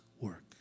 work